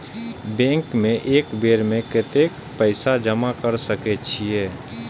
Bank में एक बेर में कतेक पैसा जमा कर सके छीये?